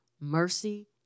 mercy